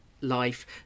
life